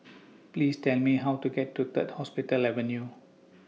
Please Tell Me How to get to Third Hospital Avenue